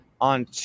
On